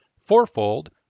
Fourfold